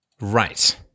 right